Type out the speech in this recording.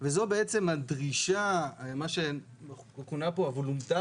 וזו הדרישה או מה שכונה פה "הוולונטריות".